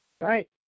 Right